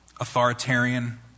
authoritarian